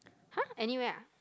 !huh! anywhere ah